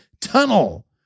tunnel